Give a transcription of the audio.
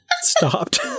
stopped